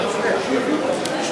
שיביאו אותם למשפט.